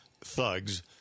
thugs